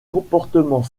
comportement